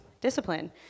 discipline